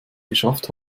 geschafft